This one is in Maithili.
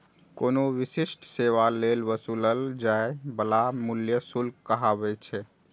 कोनो विशिष्ट सेवा लेल वसूलल जाइ बला मूल्य शुल्क कहाबै छै